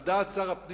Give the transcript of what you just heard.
על דעת שר הפנים,